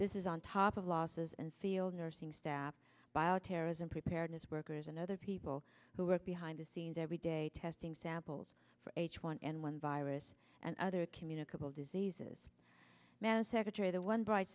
this is on top of losses and field nursing staff bioterrorism preparedness workers and other people who work behind the scenes every day testing samples for h one n one virus and other communicable diseases man secretary the one b